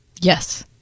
yes